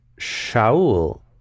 Shaul